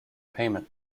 payment